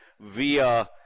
via